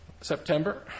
September